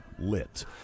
lit